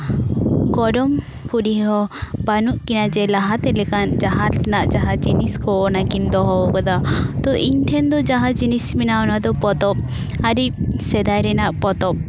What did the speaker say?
ᱜᱚᱲᱚᱢ ᱠᱩᱲᱤᱦᱚᱸ ᱵᱟᱹᱱᱩᱜ ᱠᱤᱱᱟ ᱡᱮ ᱞᱟᱦᱟᱛᱮ ᱞᱮᱠᱟᱱ ᱞᱟᱦᱟᱸ ᱨᱮᱱᱟᱜ ᱡᱟᱦᱟᱸ ᱡᱤᱱᱤᱥ ᱠᱚ ᱚᱱᱟᱠᱤᱱ ᱫᱚᱦᱚᱣᱟᱠᱟᱫᱟ ᱛᱚ ᱤᱧ ᱴᱷᱮᱱ ᱫᱚ ᱡᱟᱦᱟᱸ ᱡᱤᱱᱤᱥ ᱢᱮᱱᱟᱜᱼᱟ ᱚᱱᱟᱫᱚ ᱯᱚᱛᱚᱵᱽ ᱟᱹᱰᱤ ᱥᱮᱫᱟᱭ ᱨᱮᱱᱟᱜ ᱯᱚᱛᱚᱵᱽ